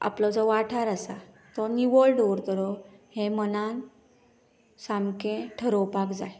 आपलो जो वाठार आसा तो निवळ दवरतलो हे मनान सामकें थारावपाक जाय